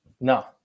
no